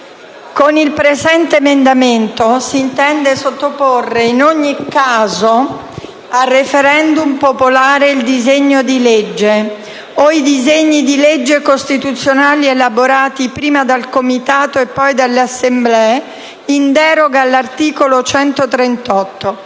colleghi, l'emendamento 5.2 intende sottoporre in ogni caso al *referendum* popolare il disegno di legge o i disegni di legge costituzionale, elaborati prima dal Comitato e poi dalle Assemblee, in deroga all'articolo 138